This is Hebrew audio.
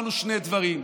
ואמרנו שני דברים,